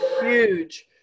huge